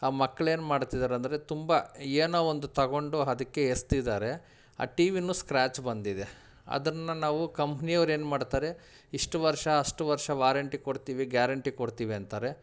ಆ ಮಕ್ಳೇನ್ಮಾಡ್ತಿದ್ದಾರೆ ಅಂದರೆ ತುಂಬ ಏನೋ ಒಂದು ತಗೊಂಡು ಅದಿಕ್ಕೆ ಎಸ್ದಿದ್ದಾರೆ ಆ ಟಿ ವಿನೂ ಸ್ಕ್ರ್ಯಾಚ್ ಬಂದಿದೆ ಅದನ್ನು ನಾವು ಕಂಪ್ನಿ ಅವ್ರೇನ್ಮಾಡ್ತಾರೆ ಇಷ್ಟು ವರ್ಷ ಅಷ್ಟು ವರ್ಷ ವಾರಂಟಿ ಕೊಡ್ತೀವಿ ಗ್ಯಾರೆಂಟಿ ಕೊಡ್ತೀವಿ ಅಂತಾರೆ